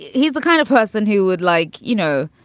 he's the kind of person who would like, you know,